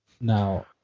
Now